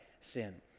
sin